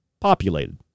populated